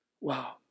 Wow